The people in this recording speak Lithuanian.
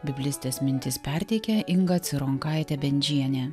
biblistės mintis perteikia inga cironkaitė bendžienė